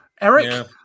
Eric